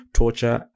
torture